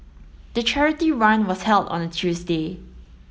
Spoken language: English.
the charity run was held on a Tuesday